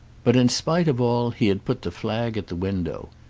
but in spite of all he had put the flag at the window.